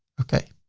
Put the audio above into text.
okay.